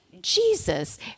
Jesus